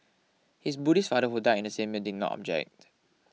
his Buddhist father who died in the same year did not object